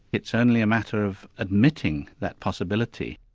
it's only a matter of admitting that possibility.